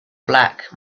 black